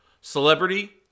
Celebrity